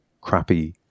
crappy